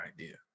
idea